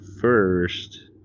first